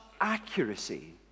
accuracy